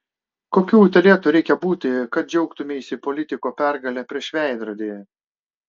kokiu utėlėtu reikia būti kad džiaugtumeisi politiko pergale prieš veidrodį